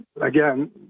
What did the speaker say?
Again